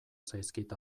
zaizkit